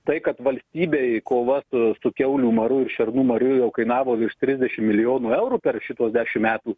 tai kad valstybei kova su su kiaulių maru ir šernų mariu jau kainavo virš trisdešim milijonų eurų per šituos dešim metų